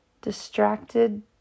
distracted